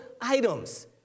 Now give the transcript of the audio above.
items